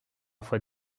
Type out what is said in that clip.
fois